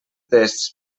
tests